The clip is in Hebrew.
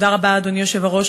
אדוני היושב-ראש,